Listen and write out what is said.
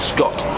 Scott